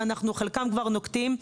שאנחנו נוקטים כבר בחלקן.